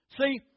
See